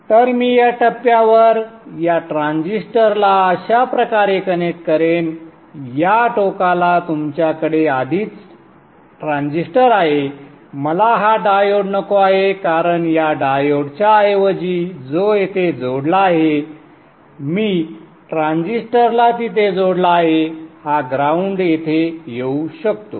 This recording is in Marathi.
तर मी या टप्प्यावर या ट्रान्झिस्टरला अशा प्रकारे कनेक्ट करेन या टोकाला तुमच्याकडे आधीच ट्रान्झिस्टर आहे मला हा डायोड नको आहे कारण या डायोडच्या ऐवजी जो येथे जोडला आहे मी ट्रान्झिस्टरला तिथे जोडला आहे हा ग्राउंड येथे येऊ शकतो